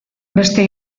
beste